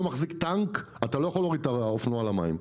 מחזיק טנק אתה לא יכול להוריד את האופנוע למים.